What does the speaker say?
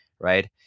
right